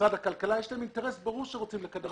ולמשרד הכלכלה יש אינטרס לקדם,